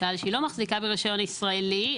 שהיא לא מחזיקה ברישיון ישראלי,